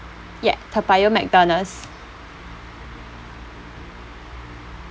yeah toa payoh mcdonald's